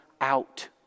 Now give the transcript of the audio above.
out